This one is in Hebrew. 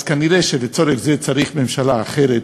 אז כנראה שלצורך זה צריך ממשלה אחרת,